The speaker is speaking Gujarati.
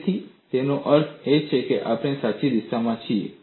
તેથી તેનો અર્થ એ છે કે આપણે સાચી દિશામાં છીએ